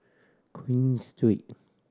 Queen Street